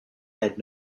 had